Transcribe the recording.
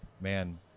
Man